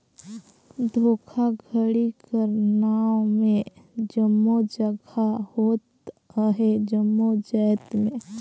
धोखाघड़ी कर नांव में जम्मो जगहा होत अहे जम्मो जाएत में